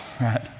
right